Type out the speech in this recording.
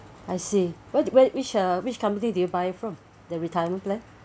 I see where wher~ which which ah which company do you buy from the retirement plan